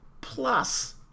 plus